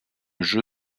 jeu